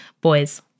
Boys